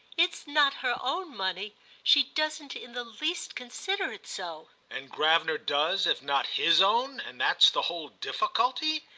it's not her own money she doesn't in the least consider it so. and gravener does, if not his own and that's the whole difficulty?